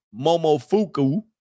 momofuku